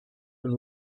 and